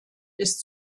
ist